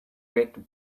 reacted